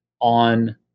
on